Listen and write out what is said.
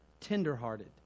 tenderhearted